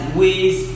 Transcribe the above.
ways